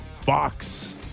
Fox